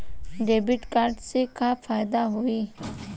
Debit card से का फायदा होई?